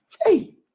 Hey